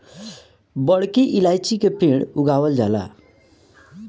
बड़की इलायची के पेड़ उगावल जाला